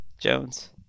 Jones